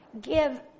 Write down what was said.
give